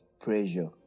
pressure